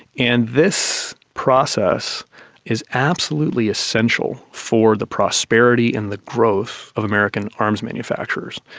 and this process is absolutely essential for the prosperity and the growth of american arms manufacturers,